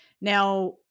Now